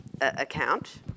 account